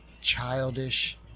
childish